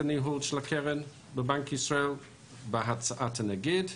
הניהול של הקרן בבנק ישראל בהצעת הנגיד,